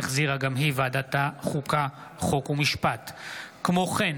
מאת חברי הכנסת אליהו ברוכי,